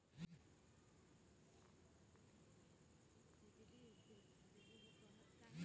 बरफ के पानी पहाड़ आउर ठंडा जगह पर मिलला